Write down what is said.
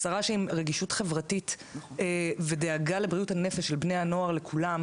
זו שרה שהיא עם רגישות חברתית ודאגה לבריאות הנפש של בני הנוער לכולם,